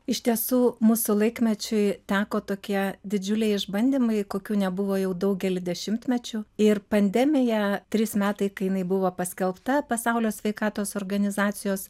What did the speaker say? iš tiesų mūsų laikmečiui teko tokie didžiuliai išbandymai kokių nebuvo jau daugelį dešimtmečių ir pandemija trys metai kai jinai buvo paskelbta pasaulio sveikatos organizacijos